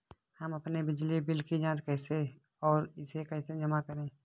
हम अपने बिजली बिल की जाँच कैसे और इसे कैसे जमा करें?